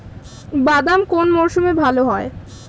বাদাম কোন মরশুমে ভাল হয়?